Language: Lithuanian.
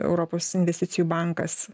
europos investicijų bankas